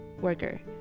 worker